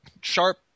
sharp